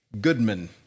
Goodman